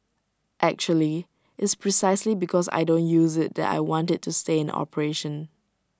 actually it's precisely because I don't use IT that I want IT to stay in operation